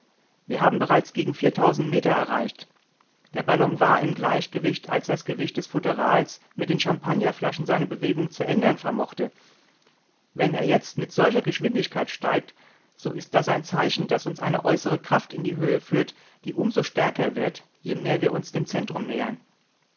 wir haben bereits gegen meter erreicht der ballon war im gleichgewicht als das gewicht des futterals mit den champagnerflaschen seine bewegung zu ändern vermochte wenn er jetzt mit solcher geschwindigkeit steigt so ist das ein zeichen daß uns eine äußere kraft in die höhe führt die um so stärker wird je mehr wir uns dem zentrum nähern